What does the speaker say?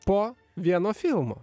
po vieno filmo